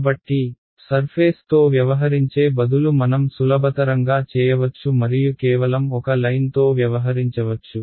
కాబట్టి సర్ఫేస్ తో వ్యవహరించే బదులు మనం సులభతరంగా చేయవచ్చు మరియు కేవలం ఒక లైన్తో వ్యవహరించవచ్చు